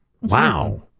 Wow